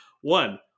One